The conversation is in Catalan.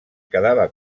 quedava